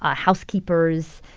ah housekeepers,